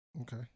Okay